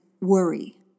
worry